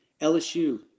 LSU